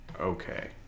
okay